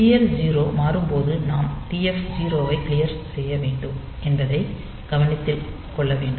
TL0 மாறும் போது நாம் TF 0 ஐ க்ளியர் செய்ய வேண்டும் என்பதை கவனத்தில் கொள்ள வேண்டும்